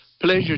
pleasure